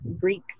Greek